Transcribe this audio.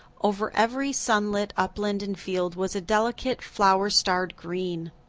over every sunlit upland and field was a delicate, flower-starred green.